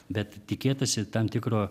bet tikėtasi tam tikro